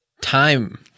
time